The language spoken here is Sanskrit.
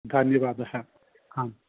धन्यवादः आम्